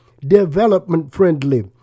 development-friendly